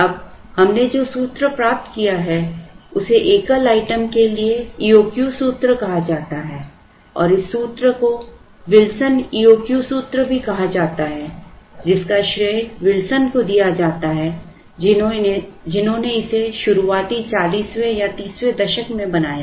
अब हमने जो सूत्र प्राप्त किया है उसे एकल आइटम के लिए EOQ सूत्र कहा जाता है और इस सूत्र को विल्सन EOQ सूत्र भी कहा जाता है जिसका श्रेय विल्सन को दिया जाता है जिन्होंने इसे शुरुआती चालीसवें या तीसवें दशक में बनाया